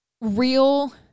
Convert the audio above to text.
real